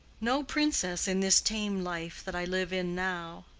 no princess in this tame life that i live in now.